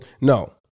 No